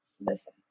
listen